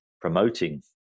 promoting